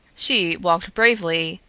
she walked bravely,